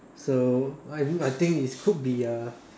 so I mean I think is could be uh